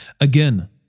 Again